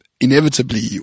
inevitably